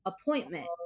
appointment